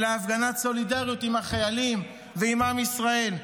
אלא הפגנת סולידריות עם החיילים ועם עם ישראל,